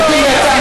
תסביר לי אתה.